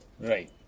right